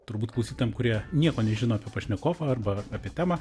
turbūt būsiu tam kurie nieko nežino apie pašnekovą arba apie temą